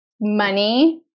money